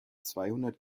zweihundert